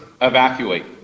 evacuate